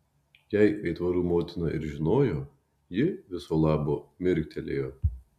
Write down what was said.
jei aitvarų motina ir žinojo ji viso labo mirktelėjo